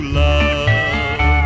love